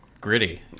gritty